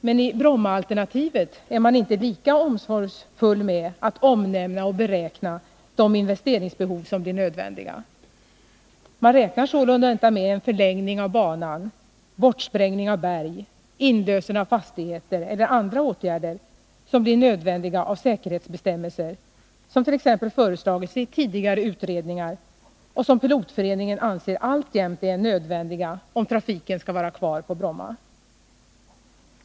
Men i Brommaalternativet är man inte lika omsorgsfull med att omnämna och beräkna de investeringar som blir nödvändiga. Man räknar sålunda inte med en förlängning av banan, bortsprängning av berg, inlösen av fastigheter eller andra åtgärder som blir nödvändiga på grund av säkerhetsbestämmelser som t.ex. föreslagits i tidigare utredningar och som Pilotföreningen alltjämt anser är nödvändiga om trafiken skall vara kvar på Bromma.